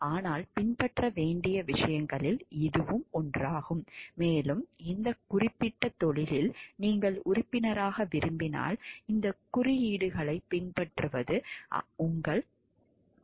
ஆனால் பின்பற்ற வேண்டிய விஷயங்களில் இதுவும் ஒன்றாகும் மேலும் இந்த குறிப்பிட்ட தொழிலில் நீங்கள் உறுப்பினராக விரும்பினால் இந்த குறியீடுகளைப் பின்பற்றுவது உங்கள் தார்மீகக் கடமையாகும்